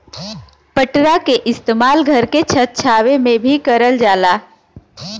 पटरा के इस्तेमाल घर के छत छावे में भी करल जाला